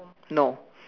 no